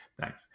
thanks